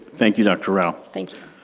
thank you dr. rao. thank you.